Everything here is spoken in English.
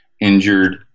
injured